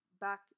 back